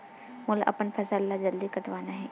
मोला अपन फसल ला जल्दी कटवाना हे?